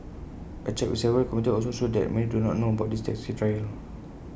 A check with several commuters also showed that many do not know about this taxi trial